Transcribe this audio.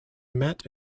met